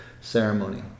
ceremony